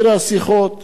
אין לי בזה שום ספק.